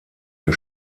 der